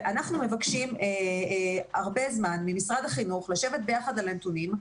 ואנחנו מבקשים הרבה זמן ממשרד החינוך לשבת ביחד על נתונים,